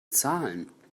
zahlen